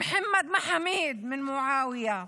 מוחמד מחאמיד ממועאוויה,